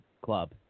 club